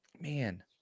Man